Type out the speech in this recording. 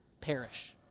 perish